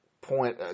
point